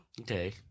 Okay